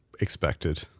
expected